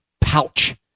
pouch